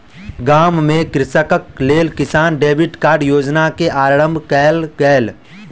गाम में कृषकक लेल किसान क्रेडिट कार्ड योजना के आरम्भ कयल गेल